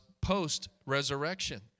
post-resurrection